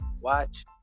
watch